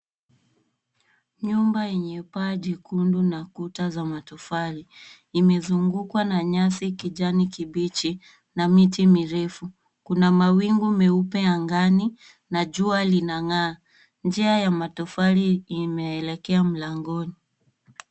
Nyumba yenye paa jekundu na kuta za matofali imezungukwa na nyasi kijani kibichi na miti mirefu. Kuna mawingu meupe angani na jua linang'aa. Njia ya matofali imeelekea mlangoni.